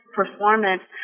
performance